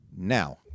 Now